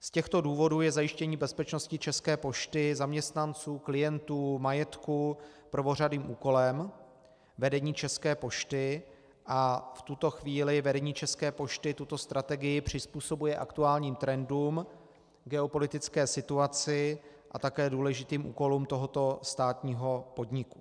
Z těchto důvodů je zajištění bezpečnosti České pošty, zaměstnanců, klientů, majetku, prvořadým úkolem vedení České pošty a v tuto chvíli vedení České pošty tuto strategii přizpůsobuje aktuálním trendům v geopolitické situaci a také důležitým úkolům tohoto státního podniku.